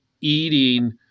eating